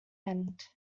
end